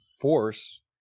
force